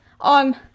on